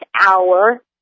hour